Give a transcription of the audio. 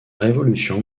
révolution